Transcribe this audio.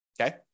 Okay